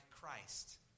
Christ